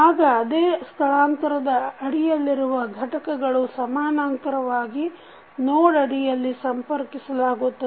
ಆಗ ಅದೇ ಸ್ಥಳಾಂತರದ ಅಡಿಯಲ್ಲಿರುವ ಘಟಕಗಳು ಸಮಾನಾಂತರವಾಗಿ ನೋಡ್ ಅಡಿಯಲ್ಲಿ ಸಂಪರ್ಕಿಸಲಾಗುತ್ತದೆ